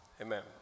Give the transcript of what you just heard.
Amen